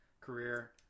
career